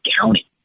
county